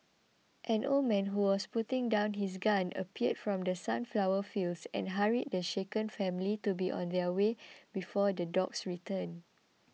an old man who was putting down his gun appeared from the sunflower fields and hurried the shaken family to be on their way before the dogs return